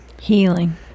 healing